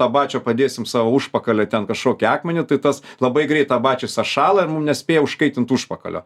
abačio padėsim savo užpakalio ten kažkokį akmenį tai tas labai greit abačis sa šąla nespėja užkaitint užpakalio